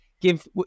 give